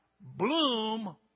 Bloom